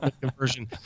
conversion